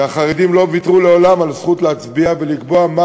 והחרדים לא ויתרו מעולם על הזכות להצביע ולקבוע מה